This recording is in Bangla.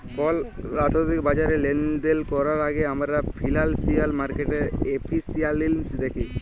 কল আথ্থিক বাজারে লেলদেল ক্যরার আগে আমরা ফিল্যালসিয়াল মার্কেটের এফিসিয়াল্সি দ্যাখি